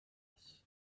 else